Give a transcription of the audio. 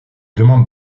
demande